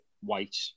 white